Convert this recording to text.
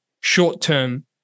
short-term